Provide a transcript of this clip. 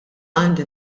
għandi